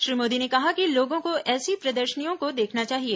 श्री मोदी ने कहा कि लोगों को ऐसी प्रदर्शनियों को देखना चाहिए